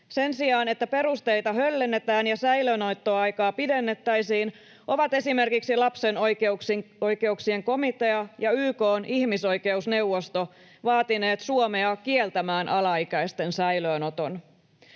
Sen sijaan, että perusteita höllennetään ja säilöönottoaikaa pidennettäisiin, ovat esimerkiksi lapsen oikeuksien komitea ja YK:n ihmisoikeusneuvosto vaatineet Suomea kieltämään alaikäisten säilöönoton.